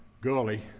gully